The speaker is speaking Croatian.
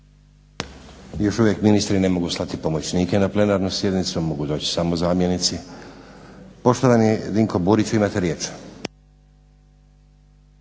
Još uvijek ministri ne mogu slati pomoćnike na plenarnu sjednicu, mogu doći samo zamjenici. Poštovani Dinko Burić, imate riječ.